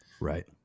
Right